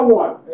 one